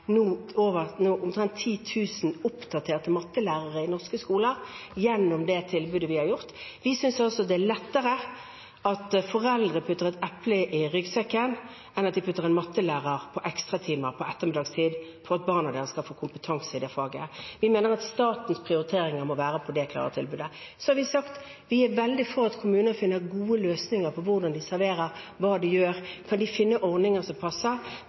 omtrent 10 000 oppdaterte mattelærere i norske skoler. Det har skjedd gjennom det tilbudet vi har gitt. Vi synes det er lettere at foreldre putter et eple i ryggsekken, enn at de setter inn en mattelærer for å ha ekstratimer på ettermiddagen for at barna deres skal få kompetanse i det faget. Vi mener at staten må prioritere det tilbudet. Vi har sagt at vi er veldig sterkt for at kommunene finner gode løsninger på hvordan de serverer, og hva de gjør. De kan finne ordninger som passer,